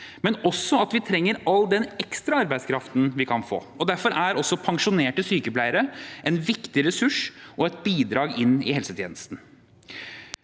men også at vi trenger all den ekstra arbeidskraften vi kan få. Derfor er også pensjonerte sykepleiere en viktig ressurs og et bidrag inn i helsetjenesten.